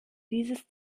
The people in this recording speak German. dieses